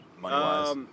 money-wise